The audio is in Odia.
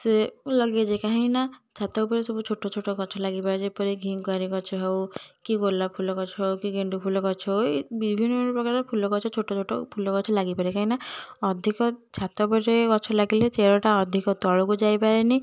ସେ ଲଗିଆଯାଏ କାହିଁକିନା ଛାତ ଉପରେ ସବୁ ଛୋଟଛୋଟ ଗଛ ଲାଗିବା ଯେପରି ଘିକୁଆଁରି ଗଛ ହଉ କି ଗୋଲାପଫୁଲ ଗଛ ହଉ କି ଗେଣ୍ଡୁଫୁଲ ଗଛ ହଉ ଏଇ ବିଭିନ୍ନପ୍ରକାର ଫୁଲଗଛ ଛୋଟଛୋଟ ଫୁଲଗଛ ଲାଗିପାରେ କାହିଁକିନା ଅଧିକ ଛାତ ଉପରେ ଗଛ ଲାଗିଲେ ଚେରଟା ଅଧିକ ତଳକୁ ଯାଇପାରେନି